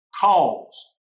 calls